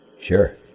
Sure